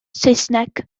saesneg